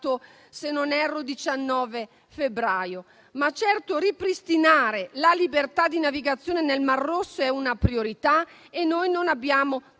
se non erro, 19 febbraio. Ma, certo, ripristinare la libertà di navigazione nel Mar Rosso è una priorità e noi non abbiamo tempo